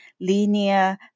linear